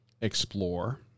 explore